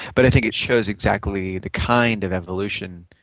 but i think it shows exactly the kind of evolution,